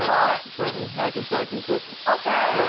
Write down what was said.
um part? trenton, hackensack, and clifton. okay.